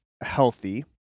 healthy